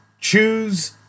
choose